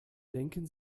denken